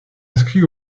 inscrit